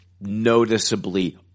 noticeably